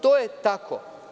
To je tako.